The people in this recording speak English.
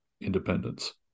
independence